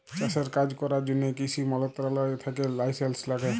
চাষের কাজ ক্যরার জ্যনহে কিসি মলত্রলালয় থ্যাকে লাইসেলস ল্যাগে